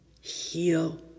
heal